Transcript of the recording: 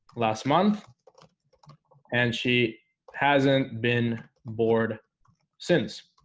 last month and she hasn't been bored since